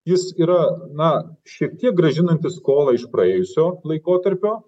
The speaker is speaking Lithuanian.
jis yra na šiek tiek grąžinantis skolą iš praėjusio laikotarpio